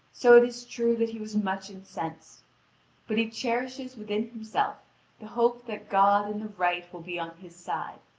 so it is true that he was much incensed but he cherishes within himself the hope that god and the right will be on his side.